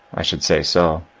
i should say so.